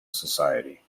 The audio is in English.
society